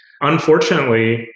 Unfortunately